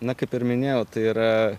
na kaip ir minėjau tai yra